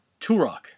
Turok